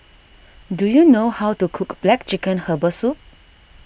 do you know how to cook Black Chicken Herbal Soup